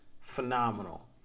Phenomenal